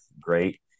great